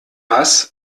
was